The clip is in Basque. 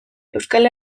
euskal